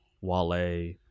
Wale